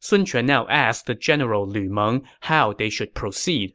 sun quan now asked the general lu meng how they should proceed